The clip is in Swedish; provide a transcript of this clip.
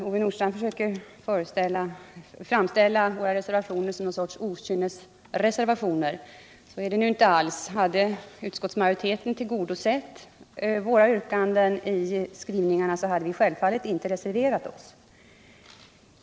Herr talman! Ove Nordstrandh försöker framställa våra reservationer som något slags okynnesreservationer. Så är det nu inte alls. Hade utskottsmajoriteten tillgodosett yrkandena i våra skrivningar, skulle vi självfallet inte ha reserverat oss.